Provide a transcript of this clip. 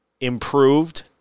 improved